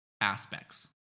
aspects